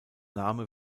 name